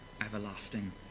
everlasting